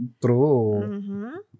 True